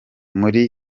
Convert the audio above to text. muri